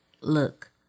look